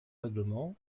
règlement